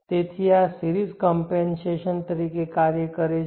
તેથી આ series compensation તરીકે કાર્ય કરે છે